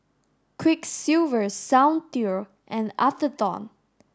Quiksilver Soundteoh and Atherton